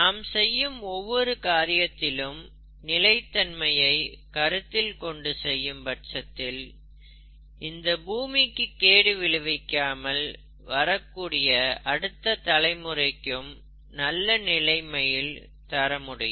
நாம் செய்யும் ஒவ்வொரு காரியத்திலும் நிலைத்தன்மையை கருத்தில் கொண்டு செய்யும் பட்சத்தில் இந்த பூமிக்கு கேடு விளைவிக்காமல் வரக்கூடிய அடுத்த தலைமுறைக்கும் நல்ல நிலைமையில் தரமுடியும்